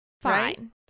Fine